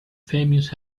famous